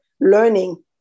learning